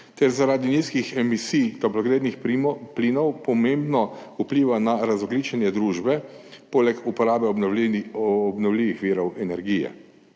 ter zaradi nizkih emisij toplogrednih plinov pomembno vpliva na razogljičenje družbe poleg uporabe obnovljivih virov energije.